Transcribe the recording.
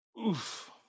Oof